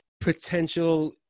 potential